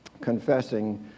confessing